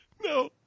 No